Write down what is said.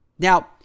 Now